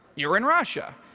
you're in russia.